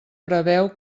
preveu